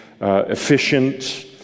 efficient